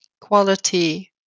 quality